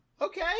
Okay